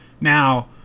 Now